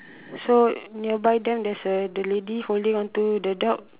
so near by them there is a the lady holding on to the dog